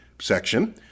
section